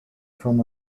from